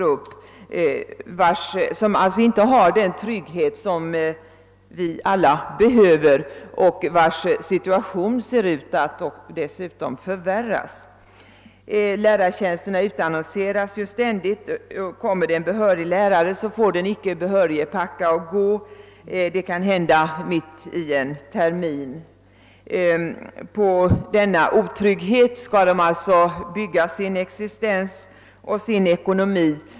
De har inte den trygghet som vi alla behöver och situationen ser dessutom ut att förvärras. Lärartjänsterna utannonseras ständigt och om en behörig lärare söker en tjänst får den icke behörige tacka och gå. Det kan hända mitt i en termin. På denna otrygghet skall de alltså bygga sin existens och sin ekonomi.